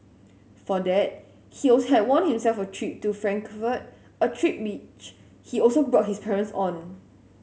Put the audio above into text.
for that he also had won himself a trip to Frankfurt a trip which he also brought his parents on